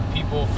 people